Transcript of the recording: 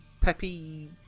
peppy